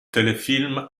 telefilm